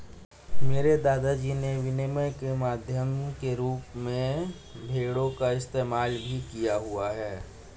मेरे दादा जी ने विनिमय के माध्यम के रूप में भेड़ों का इस्तेमाल भी किया हुआ है